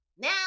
Now